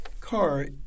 car